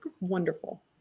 wonderful